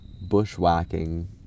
bushwhacking